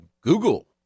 Google